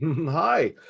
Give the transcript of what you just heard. Hi